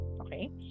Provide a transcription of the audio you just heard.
okay